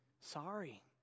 Sorry